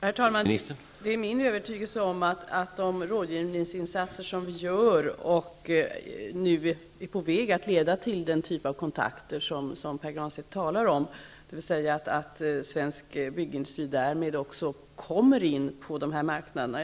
Herr talman! Det är min övertygelse att de rådgivningsinsatser som görs nu är på väg att leda till den typ av kontakter som Pär Granstedt talar om, dvs. att svensk byggindustri därmed också kommer in på de här marknaderna.